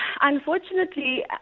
Unfortunately